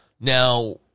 Now